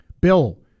Bill